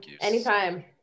anytime